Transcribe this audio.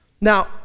Now